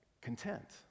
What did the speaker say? content